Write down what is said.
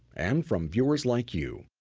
and from viewers like you!